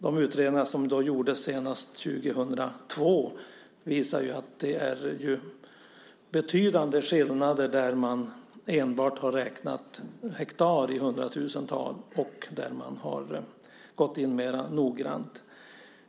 De utredningar som gjordes senast 2002 visar ju att det är betydande skillnader där man enbart har räknat hektar i hundratusental och där man har gått in mer noggrant.